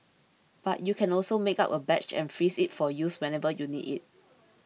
but you can also make up a batch and freeze it for use whenever you need it